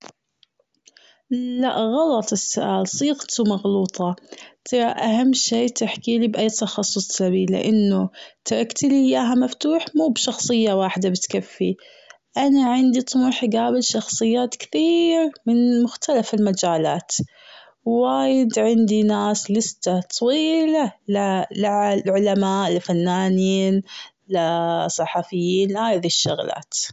لا غلط السؤال صيغته مغلوطة ترى أهم شيء تحكي لي بأي تخصص تبيه لأنه تركتي لي إياها مفتوح موب شخصية واحدة بتكفي أنا عندي طموح أقابل شخصيات كثير من مختلف المجالات وايد عندي ناس لسته طويلة لا-لع-لعلماء لفنانين ل صحفيين لهذي الشغلات.